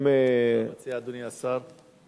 מה מציע אדוני השר?